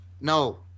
No